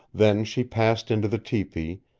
then she passed into the tepee,